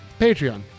Patreon